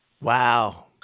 Wow